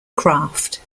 craft